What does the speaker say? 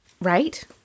Right